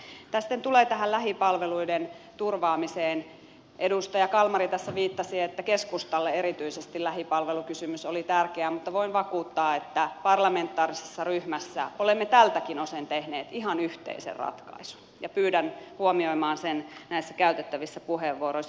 mitä sitten tulee lähipalveluiden turvaamiseen edustaja kalmari tässä viittasi että keskustalle erityisesti lähipalvelukysymys oli tärkeä mutta voin vakuuttaa että parlamentaarisessa ryhmässä olemme tältäkin osin tehneet ihan yhteisen ratkaisun ja pyydän huomioimaan sen näissä käytettävissä puheenvuoroissa